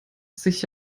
sich